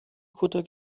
kutter